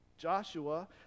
Joshua